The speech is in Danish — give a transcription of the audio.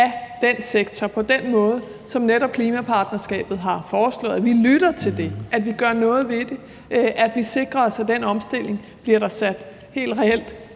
af den sektor på den måde, som klimapartnerskabet har foreslået, lytter vi til, altså at vi gør noget ved det; at vi sikrer os, at der helt reelt bliver sat fart